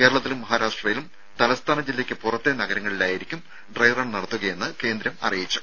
കേരളത്തിലും മഹാരാഷ്ട്രയിലും തലസ്ഥാന ജില്ലയ്ക്ക് പുറത്തെ നഗരങ്ങളിലായിരിക്കും ഡ്രൈറൺ നടത്തുകയെന്ന് കേന്ദ്രം അറിയിച്ചു